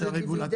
מה זה דיבידנדים?